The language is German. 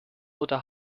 oder